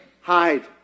Hide